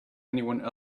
anyone